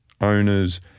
owners